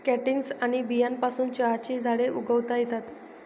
cuttings आणि बियांपासून चहाची झाडे उगवता येतात